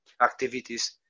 activities